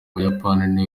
buyapani